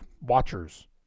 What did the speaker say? watchers